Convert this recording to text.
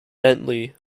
bentley